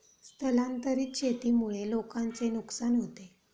स्थलांतरित शेतीमुळे लोकांचे नुकसान होते